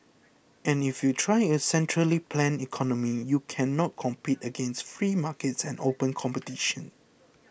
and if you try a centrally planned economy you cannot compete against free markets and open competition